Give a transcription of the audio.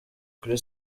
kuri